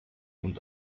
und